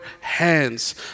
hands